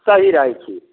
सही रहैत छी